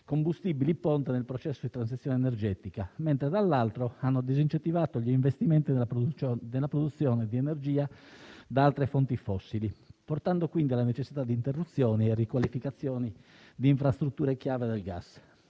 combustibili ponte nel processo di transizione energetica. Dall'altro lato, però, tale scelta ha disincentivato gli investimenti nella produzione di energia da altre fonti fossili, portando quindi alla necessità di interruzioni e riqualificazioni di infrastrutture chiave del gas.